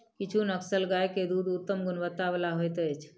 किछ नस्लक गाय के दूध उत्तम गुणवत्ता बला होइत अछि